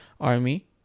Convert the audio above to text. army